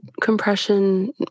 compression